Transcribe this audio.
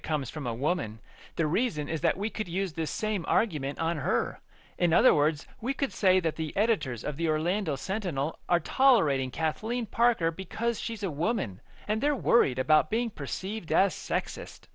it comes from a woman the reason is that we could use the same argument on her in other words we could say that the editors of the orlando sentinel are tolerating kathleen parker because she's a woman and they're worried about being perceived as sexist